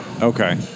Okay